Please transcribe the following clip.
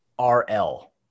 RL